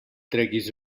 treguis